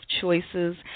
choices